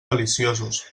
deliciosos